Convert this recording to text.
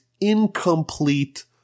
incomplete